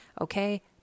Okay